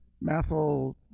methyl